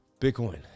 Bitcoin